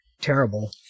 terrible